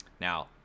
Now